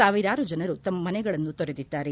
ಸಾವಿರಾರು ಜನರು ತಮ್ಮ ಮನೆಗಳನ್ನು ತೊರೆದಿದ್ಲಾರೆ